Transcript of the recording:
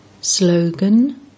Slogan